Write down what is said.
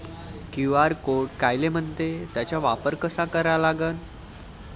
QR code कायले म्हनते, त्याचा वापर कसा करा लागन?